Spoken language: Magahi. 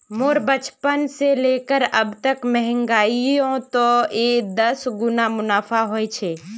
मोर बचपन से लेकर अब तक महंगाईयोत दस गुना मुनाफा होए छे